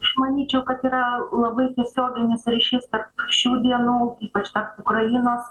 aš manyčiau kad yra labai tiesioginis ryšys tarp šių dienų ypač ukrainos